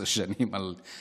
על ראש העיר,